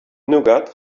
nougat